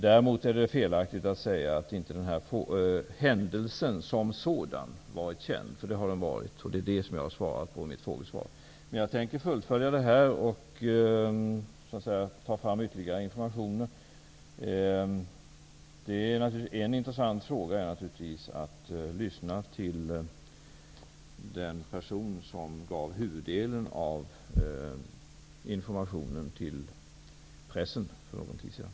Det är däremot felaktigt att säga att händelsen som sådan inte varit känd, för det har den varit. Det är den frågan jag har svarat på i mitt frågesvar. Men jag tänker fullfölja detta och ta fram ytterligare informationer. Det är t.ex. intressant att lyssna till den person som gav huvuddelen av informationen till pressen för en tid sedan.